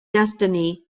destiny